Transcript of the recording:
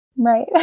right